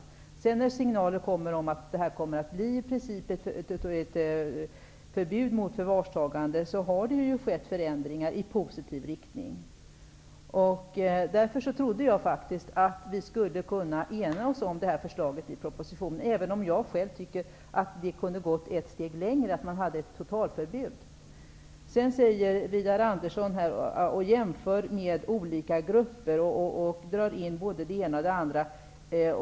När sedan signaler kommit om att det i princip blir ett förbud mot förvarstagande, har det skett förändringar i positiv riktning. Därför trodde jag faktiskt att vi skulle kunna ena oss om förslaget i propositionen, även om jag själv tycker att vi kunde ha gått ett steg längre och infört ett totalförbud. Widar Andersson jämför olika grupper och drar in både det ena och det andra.